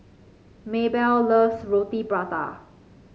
Maybell loves Roti Prata